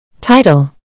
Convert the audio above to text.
Title